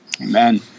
Amen